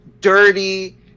dirty